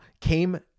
came